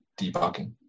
debugging